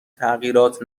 تغییرات